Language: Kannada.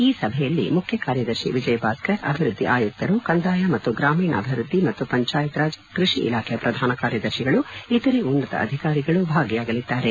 ಈ ಸಭೆಯಲ್ಲಿ ಮುಖ್ಯ ಕಾರ್ಯದರ್ಶಿ ವಿಜಯಭಾಸ್ಕರ್ ಅಭಿವೃದ್ಧಿ ಆಯುಕ್ತರು ಕಂದಾಯ ಮತ್ತು ಗ್ರಾಮೀಣಾಭಿವ್ಬದ್ದಿ ಮತ್ತು ಪಂಚಾಯತ್ ರಾಜ್ ಕೃಷಿ ಇಲಾಖೆಯ ಪ್ರಧಾನ ಕಾರ್ಯದರ್ಶಿಗಳು ಇತರೆ ಉನ್ನತ ಅಧಿಕಾರಿಗಳು ಭಾಗಿಯಾಗಲಿದ್ದಾರೆ